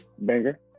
Banger